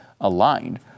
aligned